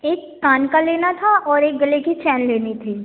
एक कान का लेना था और एक गले की चैन लेनी थी